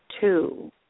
two